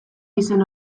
izen